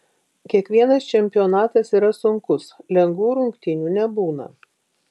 kiekvienas čempionatas yra sunkus lengvų rungtynių nebūna